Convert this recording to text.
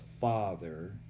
father